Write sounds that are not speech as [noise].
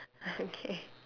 okay [laughs]